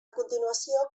continuació